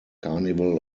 carnival